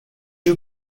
you